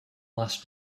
last